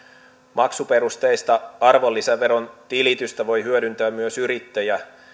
maksuperusteista arvonlisäveron tilitystä voi hyödyntää myös yrittäjä